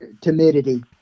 timidity